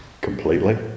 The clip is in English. completely